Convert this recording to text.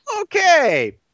Okay